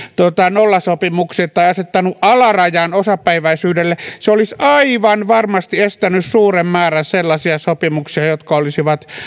nollasopimukset tai asettanut alarajan osapäiväisyydelle se olisi aivan varmasti estänyt suuren määrän sellaisia sopimuksia jotka olisivat